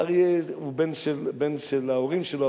אריה הוא בן של ההורים שלו,